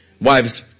Wives